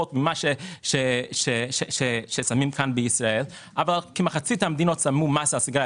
העמדה שלכם היא שצריך למסות את זה?